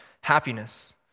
happiness